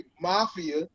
Mafia